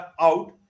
out